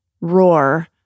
roar